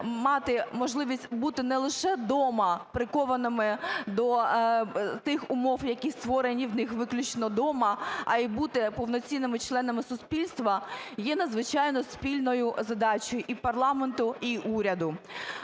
мати можливість бути не лише дома, прикованими до тих умов, які створені в них виключно дома, а й бути повноцінними членами суспільства, є надзвичайно спільною задачею і парламенту, і уряду.